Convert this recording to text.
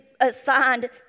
assigned